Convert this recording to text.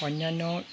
অন্যান্য